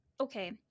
okay